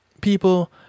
People